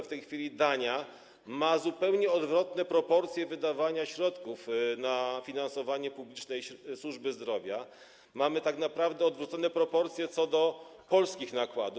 W tej chwili Dania ma zupełnie odwrotne proporcje wydawania środków na finansowanie publicznej służby zdrowia, mamy tak naprawdę odwrócone proporcje w stosunku do polskich nakładów.